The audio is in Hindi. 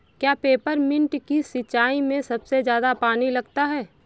क्या पेपरमिंट की सिंचाई में सबसे ज्यादा पानी लगता है?